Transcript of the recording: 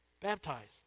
baptized